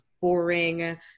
boring